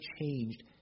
changed